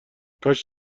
کاش